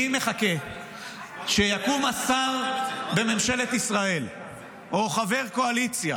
אני מחכה שיקום השר בממשלת ישראל או חבר קואליציה